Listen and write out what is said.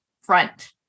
front